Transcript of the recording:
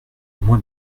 moi